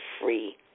free